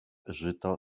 żyto